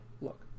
look